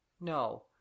no